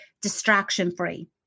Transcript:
distraction-free